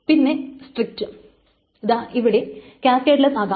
പിന്നെ സ്ട്രിക്റ്റ് ദാ ഇവിടെ ക്യാസ്കേഡ്ലെസ്സ് ആകാം